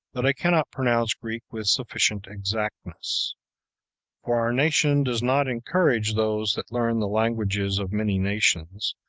that i cannot pronounce greek with sufficient exactness for our nation does not encourage those that learn the languages of many nations,